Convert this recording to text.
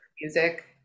music